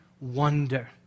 wonder